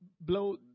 blow